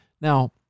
Now